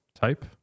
type